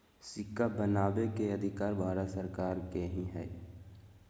सिक्का बनबै के अधिकार भारत सरकार के ही हइ